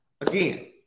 again